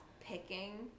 picking